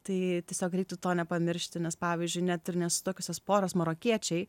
tai tiesiog reiktų to nepamiršti nes pavyzdžiui net ir nesusituokusios poros marokiečiai